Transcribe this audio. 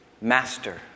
master